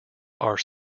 are